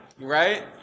Right